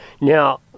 Now